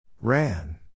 Ran